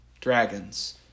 dragons